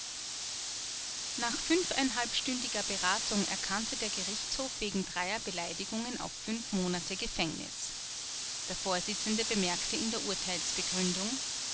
nach stündiger beratung erkannte der gerichtshof wegen dreier beleidigungen auf fünf monate gefängnis der vorsitzende bemerkte in der urteilsbegründung